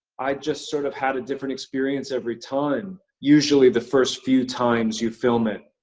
i just sort of had a different experience every time. usually the first few times you film it,